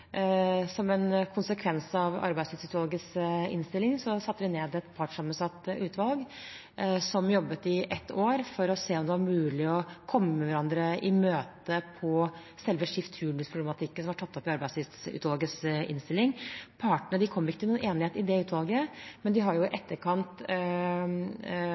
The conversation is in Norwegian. Som en konsekvens av Arbeidstidsutvalgets innstilling satte vi ned et partssammensatt utvalg som jobbet i ett år for å se om det var mulig å komme hverandre i møte når det gjaldt selve skift- og turnusproblematikken som var tatt opp i Arbeidstidsutvalgets innstilling. Partene kom ikke til enighet i det utvalget, men de har i etterkant kommet fram til andre typer avtaler. I